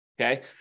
okay